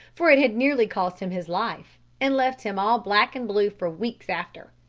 for it had nearly cost him his life, and left him all black and blue for weeks after.